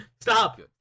Stop